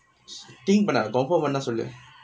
think பண்ணாத:pannaathae confirm பண்ண சொல்லு:pannaa sollu